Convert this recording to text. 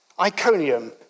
Iconium